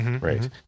right